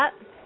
up